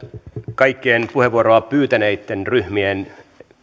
kaikkien puheenvuoroa pyytäneitten ryhmien